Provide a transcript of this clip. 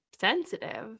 sensitive